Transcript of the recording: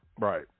right